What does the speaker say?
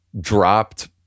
dropped